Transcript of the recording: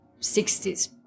60s